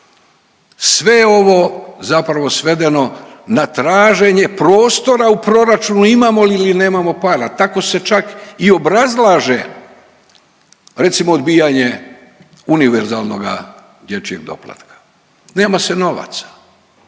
sve ovo zapravo svedeno na traženje prostora u proračunu imamo li ili nemamo para, tako se čak i obrazlaže, recimo, odbijanje univerzalnoga dječjeg doplatka, nema se novaca.